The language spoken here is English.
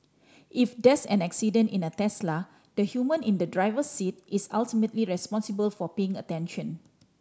if there's an accident in a Tesla the human in the driver's seat is ultimately responsible for paying attention